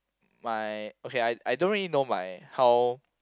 my okay I I don't really know my how